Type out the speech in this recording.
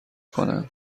کنند